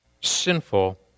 sinful